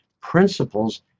principles